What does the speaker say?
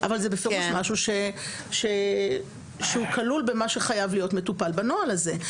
אבל בסוף זה משהו שהוא כולל במה שחייב להיות מטופל בנוהל הזה.